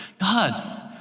God